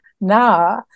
Now